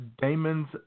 Damon's